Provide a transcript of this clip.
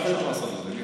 אפשר לעשות את זה.